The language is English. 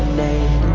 name